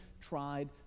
tried